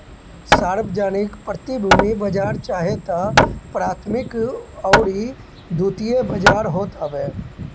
सार्वजानिक प्रतिभूति बाजार चाहे तअ प्राथमिक अउरी द्वितीयक बाजार होत हवे